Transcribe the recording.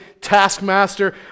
taskmaster